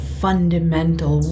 fundamental